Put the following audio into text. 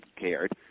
cared